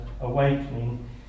awakening